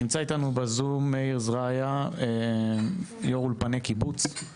נמצא איתנו בזום מאיר זרעיה, יו"ר אולפני קיבוץ.